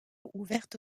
ouverte